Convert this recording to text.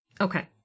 Okay